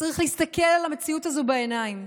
צריך להסתכל על המציאות הזו בעיניים.